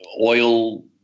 oil